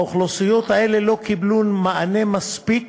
האוכלוסיות האלה לא קיבלו מענה מספיק